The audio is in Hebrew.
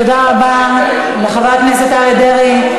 תודה רבה לחבר הכנסת אריה דרעי.